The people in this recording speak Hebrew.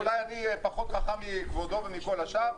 אני מצטער, אולי אני פחות חכם מכבודו וכל השאר.